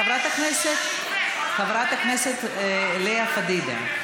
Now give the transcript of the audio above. חברת הכנסת לאה פדידה,